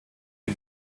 you